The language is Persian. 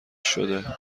شده